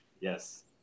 Yes